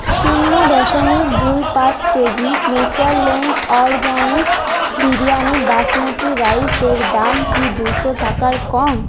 শূন্য দশমিক দুই পাঁচ KG Natureland Organics biryani basmati রাইসের দাম কি দুশো টাকার কম